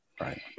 Right